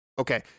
Okay